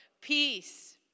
peace